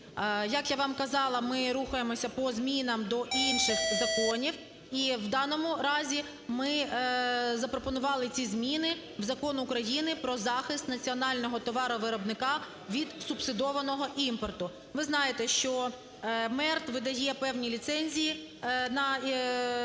Як я вам казала, ми рухаємося по змінам до інших законів і в даному разі ми запропонували ці зміни в Закон України "Про захист національного товаровиробника від субсидованого імпорту". Ви знаєте, що МЕРТ видає певні ліцензії на імпорт